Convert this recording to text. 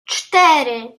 cztery